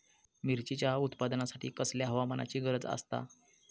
मिरचीच्या उत्पादनासाठी कसल्या हवामानाची गरज आसता?